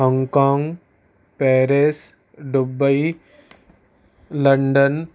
Hong Kong Paris Dubai London